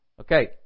Okay